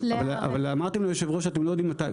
אבל אמרתם ליושב ראש שאתם לא יודעים מתי,